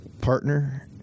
partner